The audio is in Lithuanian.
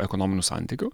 ekonominių santykių